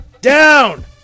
down